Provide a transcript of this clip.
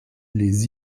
les